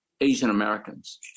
Asian-Americans